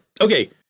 Okay